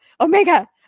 Omega